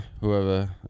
whoever